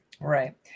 Right